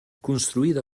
construïda